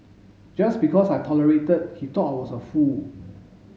just because I tolerated he thought I was a fool